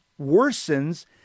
worsens